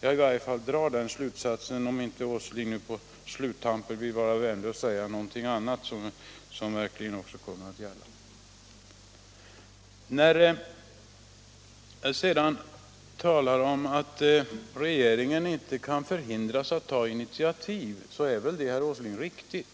Jag drar i varje fall den slutsatsen, om inte herr Åsling på sluttampen är vänlig och säger någonting annat som verkligen kan komma att gälla. Vad sedan gäller påståendet att regeringen inte kan hindras att ta initiativ, så är väl det, herr Åsling, riktigt.